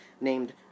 named